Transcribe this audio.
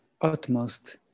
utmost